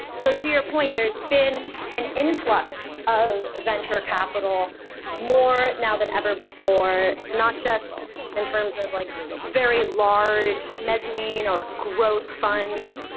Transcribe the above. so to your point, there's been an influx of venture capital more now than ever before not just in terms of like very large mezzanine or growth funds,